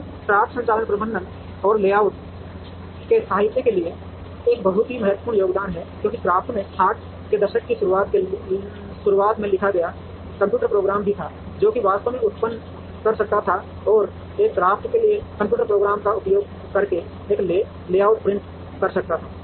अब CRAFT संचालन प्रबंधन और लेआउट में साहित्य के लिए एक बहुत ही महत्वपूर्ण योगदान है क्योंकि CRAFT में 60 के दशक की शुरुआत में लिखा गया एक कंप्यूटर प्रोग्राम भी था जो वास्तव में उत्पन्न कर सकता था और एक CRAFT के लिए कंप्यूटर प्रोग्राम का उपयोग करके एक लेआउट प्रिंट कर सकता था